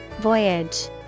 Voyage